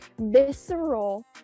visceral